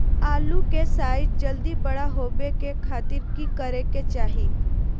आलू के साइज जल्दी बड़ा होबे के खातिर की करे के चाही?